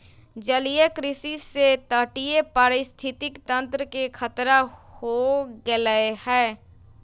जलीय कृषि से तटीय पारिस्थितिक तंत्र के खतरा हो गैले है